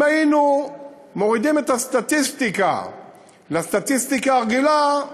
אם היינו מורידים את הסטטיסטיקה לסטטיסטיקה הרגילה,